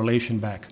relation back